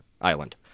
island